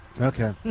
Okay